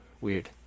Weird